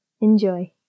Enjoy